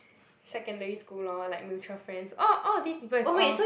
secondary school loh like mutual friends all all of these people is all